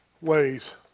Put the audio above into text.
ways